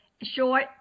short